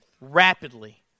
rapidly